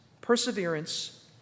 perseverance